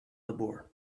labour